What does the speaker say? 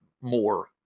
more